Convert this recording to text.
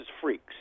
freaks